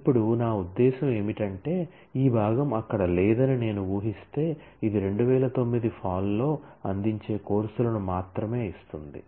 ఇప్పుడు నా ఉద్దేశ్యం ఏమిటంటే ఈ భాగం అక్కడ లేదని నేను వూహిస్తే ఇది 2009 ఫాల్ లో అందించే కోర్సులను మాత్రమే ఇస్తుంది